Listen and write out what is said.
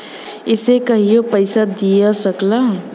इसे कहियों पइसा दिया सकला